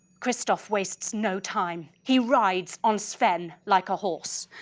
christophe wastes no time, he rides on sven like a horse.